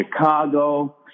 Chicago